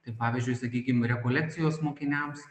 kaip pavyzdžiui sakykim rekolekcijos mokiniams